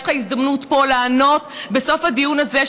יש לך הזדמנות פה לענות בסוף הדיון הזה.